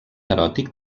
eròtic